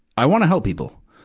i wanna help people.